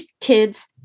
kids